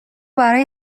برای